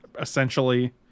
essentially